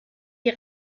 die